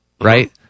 right